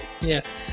yes